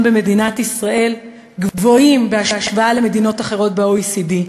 במדינת ישראל גבוהים בהשוואה למדינות אחרות בOECD-.